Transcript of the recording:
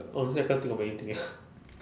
honestly I can't think of anything eh